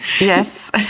yes